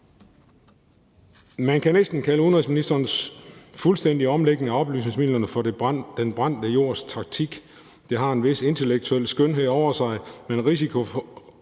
Man næsten kalde udenrigsministerens fuldstændige omlægning af oplysningsmidlerne for den brændte jords taktik. Det har en vis intellektuel skønhed over sig, men risikoen